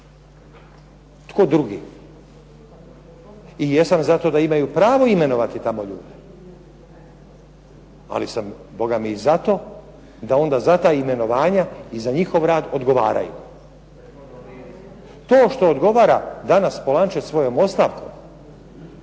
Tko drugi? I jesam za to da imaju pravo imenovati tamo ljude. Ali sam Boga mi i za to da onda za ta imenovanja i za njihov rad odgovaraju. To što odgovara danas Polančec svojom ostavkom,